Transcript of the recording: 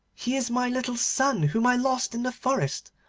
he is my little son whom i lost in the forest.